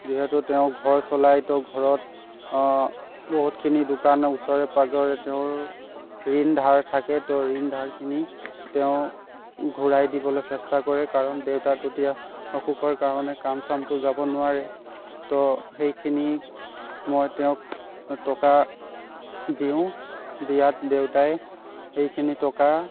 যিহেতু তেওঁ ঘৰ চলাই তেওঁ ঘৰত বহুতখিনি দোকান ওচৰে পাজৰে তেওঁৰ ঋণ ধাৰ থাকে ত ঋণ ধাৰখিনি তেওঁ ঘুৰাই দিবলৈ চেষ্টা কৰে কাৰণ দেউতা এতিয়া অসুখৰ কাৰণে কাম চামতো যাব নোৱাৰে ত সেইখিনি মই তেওঁক টকা দিওঁ দিয়াত দেউতাই সেইখিনি টকা